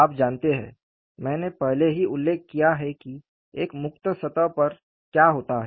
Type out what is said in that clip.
आप जानते हैं मैंने पहले ही उल्लेख किया है कि एक मुक्त सतह पर क्या होता है